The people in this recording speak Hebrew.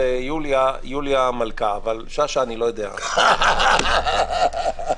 עם נגיף הקורונה החדש (הוראת שעה) (הגבלת פעילות והוראות